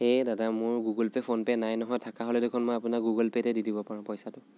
এ দাদা মোৰ Google Pay phone pay নাই নহয় থকা হ'লে দেখোন মই আপোনাক গুগল পে'তে দি দিব পাৰোঁ পইচাটো